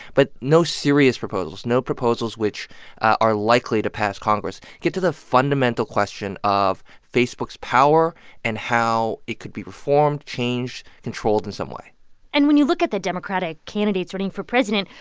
but no serious proposals, no proposals which are likely to pass congress, get to the fundamental question of facebook's power and how it could be reformed, changed, controlled in some way and when you look at the democratic candidates running for president,